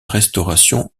restauration